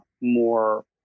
more